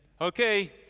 okay